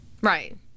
right